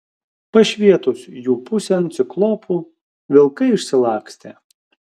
pašvietus jų pusėn ciklopu vilkai išsilakstė